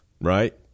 right